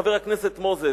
חבר הכנסת מוזס,